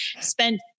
spent